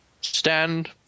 stand